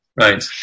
Right